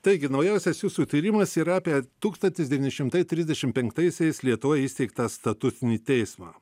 taigi naujausias jūsų tyrimas yra apie tūkstantis devyni šimtai trisdešim penktaisiais lietuvoje įsteigtą statutinį teismą